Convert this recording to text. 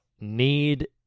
need